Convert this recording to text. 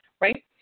right